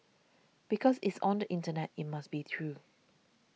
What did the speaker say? because it's on the internet it must be true